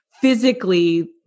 physically